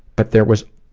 but there was,